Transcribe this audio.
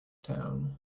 town